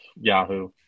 Yahoo